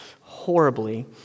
horribly